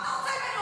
מה אתה רוצה ממני?